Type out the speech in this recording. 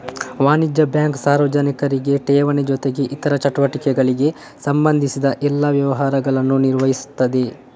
ವಾಣಿಜ್ಯ ಬ್ಯಾಂಕು ಸಾರ್ವಜನಿಕರಿಗೆ ಠೇವಣಿ ಜೊತೆಗೆ ಇತರ ಚಟುವಟಿಕೆಗಳಿಗೆ ಸಂಬಂಧಿಸಿದ ಎಲ್ಲಾ ವ್ಯವಹಾರಗಳನ್ನ ನಿರ್ವಹಿಸ್ತದೆ